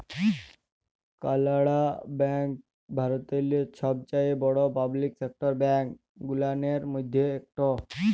কালাড়া ব্যাংক ভারতেল্লে ছবচাঁয়ে বড় পাবলিক সেকটার ব্যাংক গুলানের ম্যধে ইকট